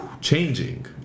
changing